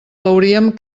veuríem